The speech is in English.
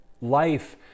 life